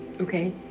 Okay